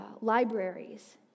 libraries